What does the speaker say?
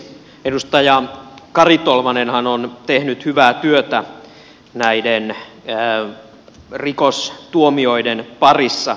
edustaja kari tolvanenhan on tehnyt hyvää työtä näiden rikostuomioiden parissa